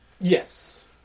Yes